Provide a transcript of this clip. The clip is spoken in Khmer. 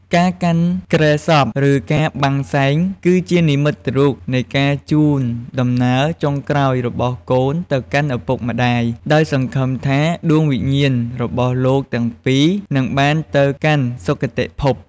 ការកាន់គ្រែសព ឬការបាំងសែង គឺជានិមិត្តរូបនៃការជូនដំណើរចុងក្រោយរបស់កូនទៅកាន់ឪពុកម្តាយ ដោយសង្ឃឹមថាដួងវិញ្ញាណរបស់លោកទាំងពីរនឹងបានទៅកាន់សុគតិភព។